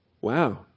Wow